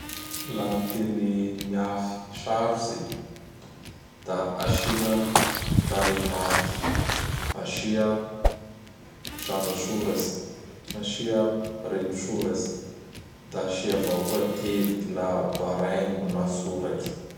Laha gny teny miafy sarotsy da: asia tarehimairiky, asia zanasoratsy, asia renisoratsy, da asia avao koa teboky na baraiko na tsoraky.